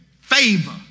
favor